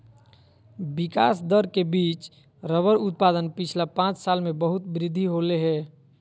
विकास दर के बिच रबर उत्पादन पिछला पाँच साल में बहुत वृद्धि होले हें